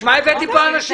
לשם מה הבאתי לכאן אנשים?